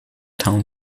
town